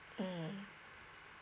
mmhmm